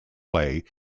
play